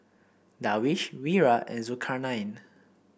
Darwish Wira and Zulkarnain